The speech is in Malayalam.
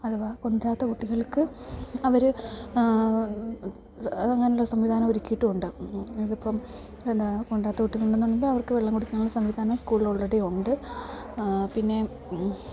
അഥവാ കൊണ്ടുവരാത്ത കുട്ടികൾക്ക് അവർ അങ്ങനെയുള്ള സംവിധാനം ഒരുക്കിയിട്ടുണ്ട് ഇതിപ്പം എന്താ കൊണ്ടുവരാത്ത കുട്ടികളുണ്ടെന്നുണ്ടെങ്കിൽ അവർക്ക് വെള്ളം കുടിക്കാനുള്ള സംവിധാനം സ്കൂളിൽ ഓൾറെഡി ഉണ്ട് പിന്നെ